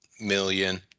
million